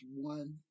one